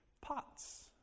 pots